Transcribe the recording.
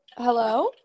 hello